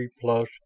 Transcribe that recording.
plus